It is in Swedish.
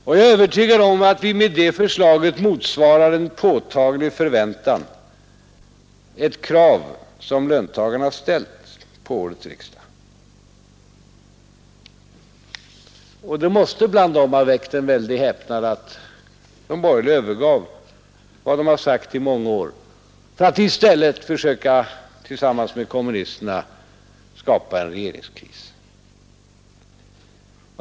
Jag är övertygad om att vi med det förslaget motsvarar en påtaglig förväntan, ett krav som löntagarna har ställt på årets riksdag, och det måste bland dem ha väckt en väldig häpnad att de borgerliga övergav vad de har sagt i många år för att i stället försöka att tillsammans med kommunisterna åstadkomma en regeringskris.